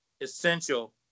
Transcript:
essential